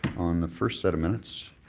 on the first set of minutes,